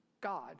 God